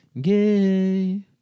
Gay